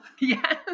Yes